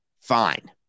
fine